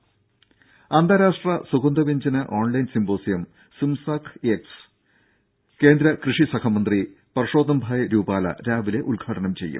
രുര അന്താരാഷ്ട്ര സുഗന്ധവ്യഞ്ജന ഓൺലൈൻ സിമ്പോസിയം സിംസാക് എക്സ് കേന്ദ്ര കൃഷി സഹമന്ത്രി പർഷോത്തംഭായ് രൂപാല രാവിലെ ഉദ്ഘാടനം ചെയ്യും